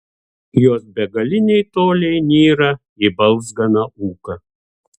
jos begaliniai toliai nyra į balzganą ūką